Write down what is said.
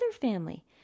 family